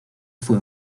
fue